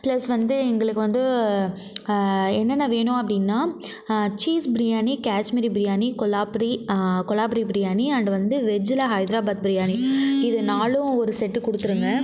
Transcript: plus வந்து எங்களுக்கு வந்து என்னென்ன வேணும் அப்படின்னா சீஸ் பிரியாணி காஷ்மீரி பிரியாணி கொலாப்பூரி கொலாப்பூரி பிரியாணி அண்ட் வந்து வெஜ்ஜியில் ஹைதராபாத் பிரியாணி இது நாலும் ஒரு செட்டு கொடுத்துருங்க